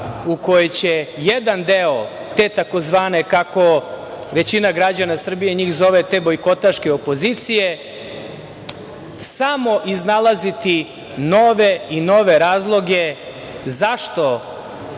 u kojoj će jedan deo te takozvane, kako većina građana Srbije njih zove, te bojkotaške opozicije, samo iznalaziti nove i nove razloge zašto